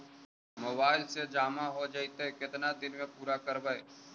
Mobile से जामा हो जैतय, केतना दिन में पुरा करबैय?